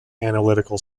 analytical